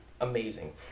amazing